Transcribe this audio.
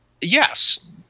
yes